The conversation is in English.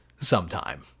sometime